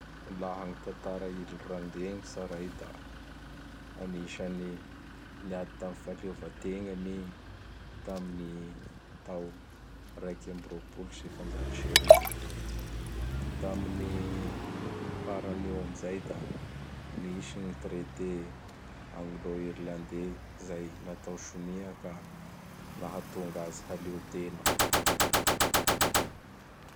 Da Bangladisy nisy fotoa fa nipoahan'ny bômba, gny Silamo mahery fihetsiky gn nanapoaky azy. Da misy gn fangalà an-keriny matetiky.